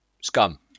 Scum